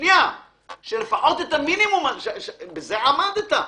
שלפחות במינימום עמדת.